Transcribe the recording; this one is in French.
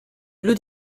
blue